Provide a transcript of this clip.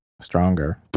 stronger